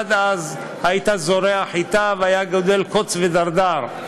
עד אז היית זורע חיטה והיה גדל קוץ ודרדר,